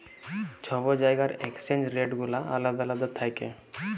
ছব জায়গার exchange rate গুলা আলেদা আলেদা থ্যাকে